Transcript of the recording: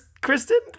Kristen